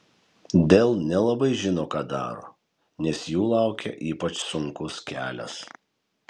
dell nelabai žino ką daro nes jų laukia ypač sunkus kelias